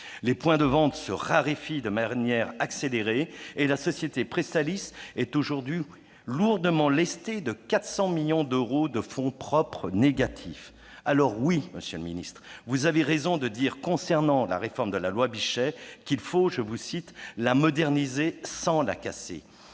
des points de vente s'accélère, et la société Presstalis est aujourd'hui lourdement lestée de 400 millions d'euros de fonds propres négatifs. Oui, monsieur le ministre, vous avez raison de dire, concernant la réforme de la loi Bichet, qu'il faut « la moderniser sans la casser ».